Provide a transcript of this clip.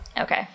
Okay